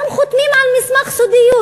גם חותמים על מסמך סודיות.